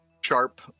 sharp